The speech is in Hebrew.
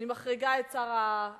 אני מחריגה את שר הרווחה,